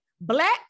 Black